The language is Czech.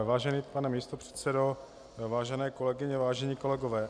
Vážený pane místopředsedo, vážené kolegyně, vážení kolegové.